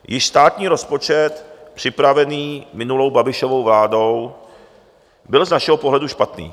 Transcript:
Již státní rozpočet připravený minulou Babišovou vládou byl z našeho pohledu špatný.